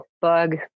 Bug